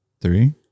three